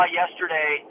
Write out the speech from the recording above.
yesterday